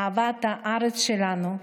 אהבת הארץ שלנו,